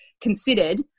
considered